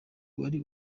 wari